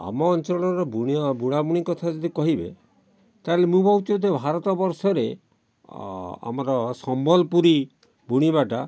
ଆମ ଅଞ୍ଚଳର ବୁଣିଆ ବୁଣାବୁଣି କଥା ଯଦି କହିବେ ତା'ହେଲେ ମୁଁ ଭାବୁଛି ଭାରତ ବର୍ଷରେ ଆମର ସମ୍ବଲପୁରୀ ବୁଣିବାଟା